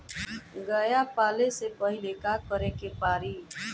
गया पाले से पहिले का करे के पारी?